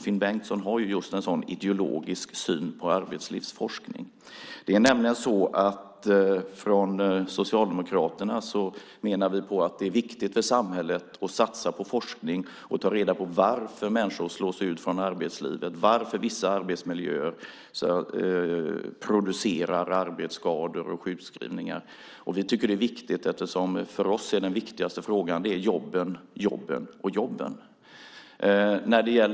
Finn Bengtsson har just en sådan ideologisk syn på arbetslivsforskning. Vi socialdemokrater menar nämligen att det är viktigt för samhället att satsa på forskning och ta reda på varför människor slås ut från arbetslivet, varför vissa arbetsmiljöer producerar arbetsskador och sjukskrivningar. Vi tycker att det är viktigt eftersom den viktigaste frågan för oss är jobben, jobben och jobben.